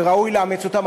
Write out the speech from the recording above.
וראוי לאמץ אותן,